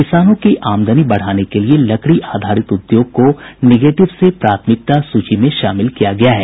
किसानों की आमदनी बढ़ाने के लिए लकड़ी आधारित उद्योग को निगेटिव से प्राथमिकता सूची में शामिल किया गया है